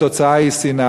התוצאה היא שנאה.